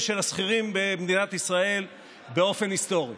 של השכירים במדינת ישראל באופן היסטורי.